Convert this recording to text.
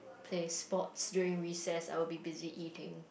play sports during recess I would be busy eating